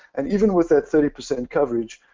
and even with that thirty percent coverage